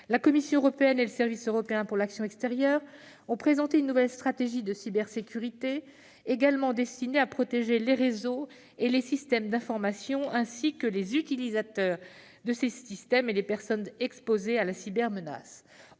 La Commission européenne et le Service européen pour l'action extérieure (SEAE) ont présenté une nouvelle stratégie de cybersécurité destinée à protéger les réseaux et les systèmes d'information ainsi que les utilisateurs de ces systèmes et les personnes exposées à la cybermenace.